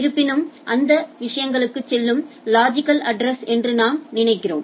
இருப்பினும் இது விஷயங்களுக்குச் செல்லும் லொஜிக்கல் அட்ரசைஸ் என்று நாம் நினைக்கிறோம்